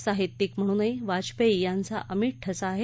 साहित्यिक म्हणूनही वाजपेयी यांचा अमिट ठसा आहे